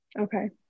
Okay